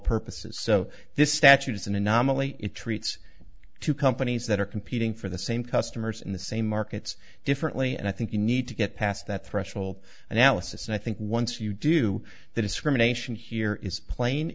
purposes so this statute is an anomaly it treats two companies that are competing for the same customers in the same markets differently and i think you need to get past that threshold analysis and i think once you do the discrimination here is pla